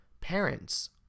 parents